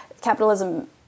Capitalism